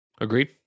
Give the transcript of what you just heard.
Agreed